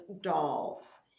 dolls